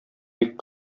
бик